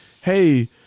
hey